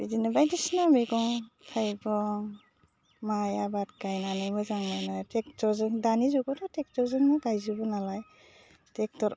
बिदिनो बायदिसिना मेगं थाइगं माय आबाद गायनानै मोजां मोनो टेक्टरजों दानि जुगावथ' टेक्टरजोंनो गायजोबो नालाय टेक्टर